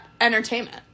entertainment